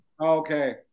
Okay